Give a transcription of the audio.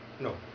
no